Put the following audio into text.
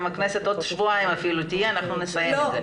הכנסת תהיה רק עוד שבועיים, אנחנו נסיים את זה.